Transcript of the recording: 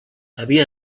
havia